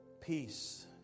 peace